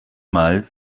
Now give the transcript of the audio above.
mal